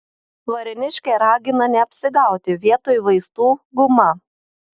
varėniškė ragina neapsigauti vietoj vaistų guma